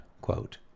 quote